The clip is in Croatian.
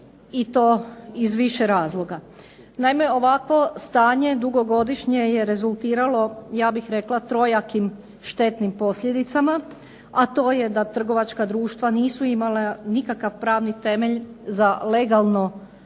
i to iz više razloga. Naime, ovakvo stanje dugogodišnje je rezultiralo ja bih rekla trojakim štetnim posljedicama, a to je da trgovačka društva nisu imala nikakav pravni temelj za legalno